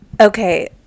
Okay